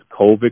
COVID